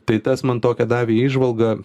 tai tas man tokią davė įžvalgą